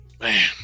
Man